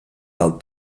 del